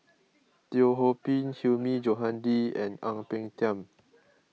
Teo Ho Pin Hilmi Johandi and Ang Peng Tiam